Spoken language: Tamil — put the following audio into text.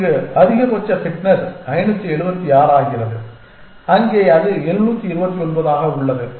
இங்கு அதிகபட்ச ஃபிட்னஸ் 576 ஆகிறது அங்கே அது 729 ஆக உள்ளது